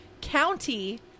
county